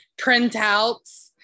printouts